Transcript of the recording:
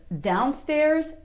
downstairs